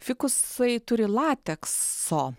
fikusai turi latekso